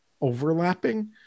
overlapping